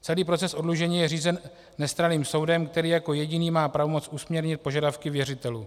Celý proces oddlužení je řízený nestranným soudem, který jako jediný má pravomoc usměrnit požadavky věřitelů.